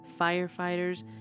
firefighters